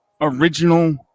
original